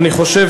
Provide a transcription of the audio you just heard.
אני חושב